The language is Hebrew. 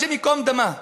השם ייקום דמה.